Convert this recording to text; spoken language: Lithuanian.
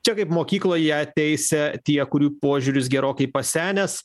čia kaip mokykloje ją teisia tie kurių požiūris gerokai pasenęs